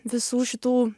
visų šitų